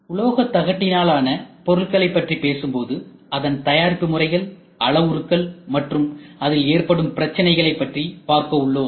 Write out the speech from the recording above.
உலோக தகட்டினால் ஆன பொருள்களைப் பற்றி பேசும்போது அதன் தயாரிப்பு முறைகள் அளவுருக்கள் மற்றும் அதில் ஏற்படும் பிரச்சனைகளை பற்றி பார்க்க உள்ளோம்